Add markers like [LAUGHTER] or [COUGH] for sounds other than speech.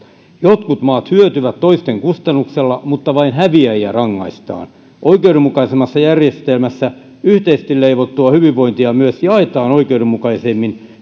jotkut maat hyötyvät toisten kustannuksella mutta vain häviäjiä rangaistaan oikeudenmukaisemmassa järjestelmässä yhteisesti leivottua hyvinvointia myös jaetaan oikeudenmukaisemmin [UNINTELLIGIBLE]